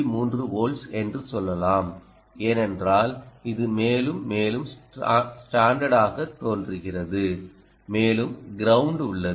3 volts என்று சொல்லலாம் ஏனென்றால் இது மேலும் மேலும் ஸ்டான்டர்டாகத் தோன்றுகிறது மேலும் கிரவுண்ட் உள்ளது